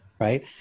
right